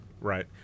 right